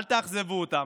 אל תאכזבו אותם,